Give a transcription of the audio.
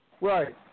Right